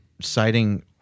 citing